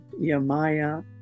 Yamaya